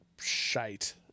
shite